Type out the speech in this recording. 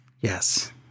Yes